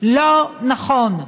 לא נכון.